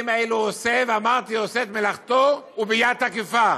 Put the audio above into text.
הוא עושה, ואמרתי, עושה את מלאכתו, וביד תקיפה.